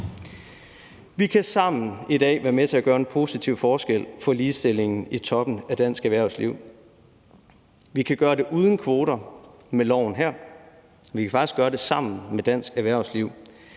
Vi kan sammen i dag være med til at gøre en positiv forskel for ligestillingen i toppen af dansk erhvervsliv. Vi kan gøre det uden kvoter med loven her. Vi kan faktisk gøre det sammen med dansk erhvervsliv.